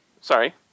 Sorry